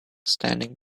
standing